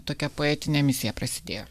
tokia poetine misija prasidėjo